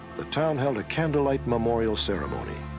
the town held a candlelight memorial ceremony.